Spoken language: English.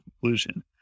conclusion